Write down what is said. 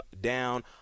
down